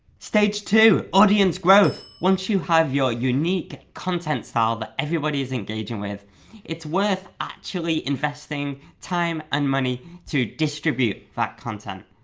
stage two, audience growth. once you have your unique content style that everybody is engaging with it's worth actually investing time and money to distribute that content.